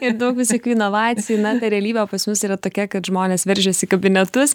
ir daug visokių inovacijų na ta realybė pas mus yra tokia kad žmonės veržiasi į kabinetus